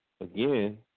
again